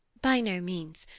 by no means.